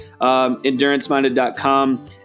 enduranceminded.com